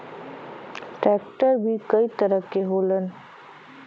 tractor भी कई तरह के होलन